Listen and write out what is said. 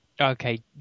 Okay